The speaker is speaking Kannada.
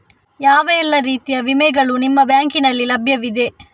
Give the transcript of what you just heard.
ಯಾವ ಎಲ್ಲ ರೀತಿಯ ವಿಮೆಗಳು ನಿಮ್ಮ ಬ್ಯಾಂಕಿನಲ್ಲಿ ಲಭ್ಯವಿದೆ?